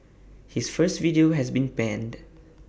his first video has been panned